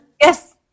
Yes